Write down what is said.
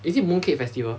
is it mooncake festival